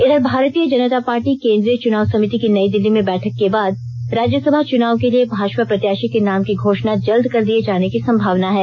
इधर भारतीय जनता पार्टी केंद्रीय चुनाव समिति की नई दिल्ली में बैठक के बाद राज्यसभा चुनाव के लिए भाजपा प्रत्याषी के नाम की घोषणा जल्द कर दिये जाने की संभावना है